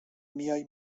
میای